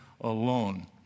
Alone